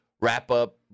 wrap-up